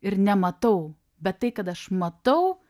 ir nematau bet tai kad aš matau